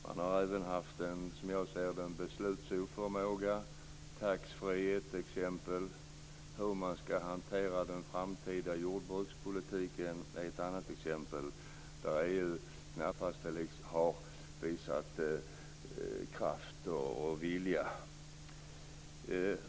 Man har även som jag ser det haft en beslutsoförmåga. Taxfree är ett exempel. Hur man skall hantera den framtida jordbrukspolitiken är ett annat. Där har EU knappast visat kraft och vilja.